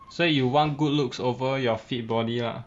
so you want good looks over your fit body lah